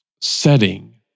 setting